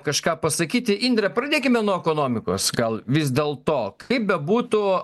kažką pasakyti indre pradėkime nuo ekonomikos gal vis dėlto kaip bebūtų